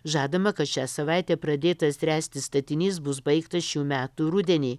žadama kad šią savaitę pradėtas ręsti statinys bus baigtas šių metų rudenį